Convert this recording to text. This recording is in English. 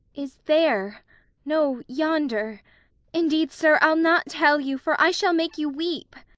is there no, yonder indeed, sir, i ll not tell you, for i shall make you weep.